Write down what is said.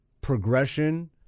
progression